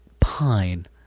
Pine